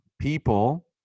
people